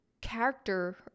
character